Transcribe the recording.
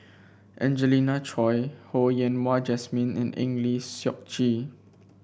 Angelina Choy Ho Yen Wah Jesmine and Eng Lee Seok Chee